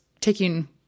taking